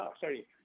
sorry